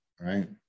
right